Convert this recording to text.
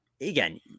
again